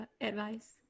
advice